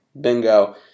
Bingo